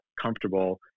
comfortable